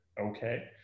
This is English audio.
okay